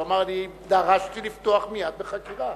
הוא אמר: אני דרשתי לפתוח מייד בחקירה.